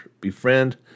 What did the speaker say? befriend